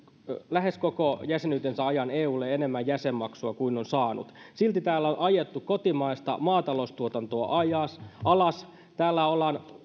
lähes koko jäsenyytensä ajan eulle enemmän jäsenmaksua kuin on saanut silti täällä on ajettu kotimaista maataloustuotantoa alas täällä ollaan